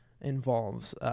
involves